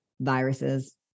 viruses